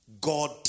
God